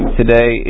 today